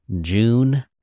June